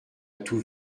tout